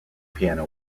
piano